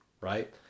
right